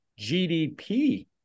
GDP